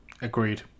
Agreed